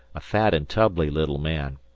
a fat and tubby little man.